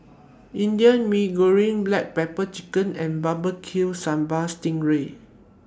Indian Mee Goreng Black Pepper Chicken and Barbecue Sambal Sting Ray